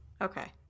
Okay